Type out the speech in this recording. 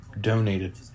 donated